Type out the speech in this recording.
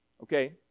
okay